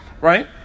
right